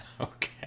Okay